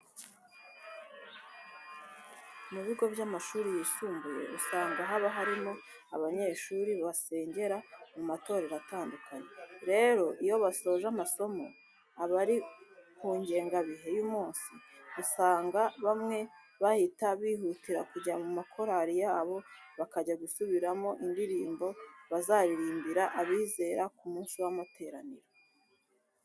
Mu bigo by'amashuri yisumbuye, usanga haba harimo abanyeshuri basengera mu matorero atandukanye. Rero iyo basoje amasomo aba ari ku ngengabihe y'umunsi, usanga bamwe bahita bihutira kujya mu makorari yabo bakajya gusubiramo indirimbo bazaririmbira abizera ku munsi w'amateraniro.